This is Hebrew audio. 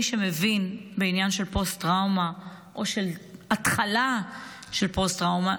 מי שמבין בעניין של פוסט-טראומה או של התחלה של פוסט-טראומה,